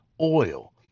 oil